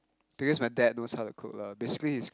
because my dad knows how to cook lah basically is